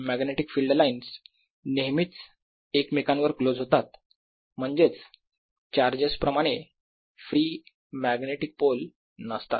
magnetic field lines नेहमीच एकमेकांवर close होतात म्हणजेच चार्जेस प्रमाणे फ्री मॅग्नेटिक पोल नसतात